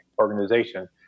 organization